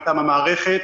מטעם המערכת,